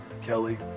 Kelly